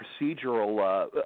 procedural